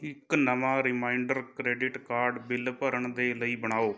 ਇੱਕ ਨਵਾਂ reminder credit card bill ਭਰਨ ਦੇ ਲਈ ਬਣਾਓ